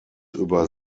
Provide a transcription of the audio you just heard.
über